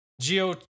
geo